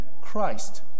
Christ